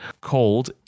called